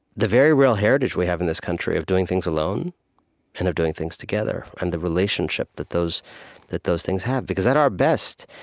the very real heritage we have in this country of doing things alone and of doing things together, and the relationship that those that those things have, because at our best,